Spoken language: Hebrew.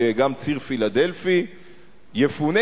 שגם ציר פילדלפי יפונה,